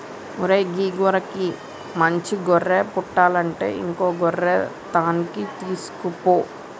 ఓరై గీ గొర్రెకి మంచి గొర్రె పుట్టలంటే ఇంకో గొర్రె తాన్కి తీసుకుపో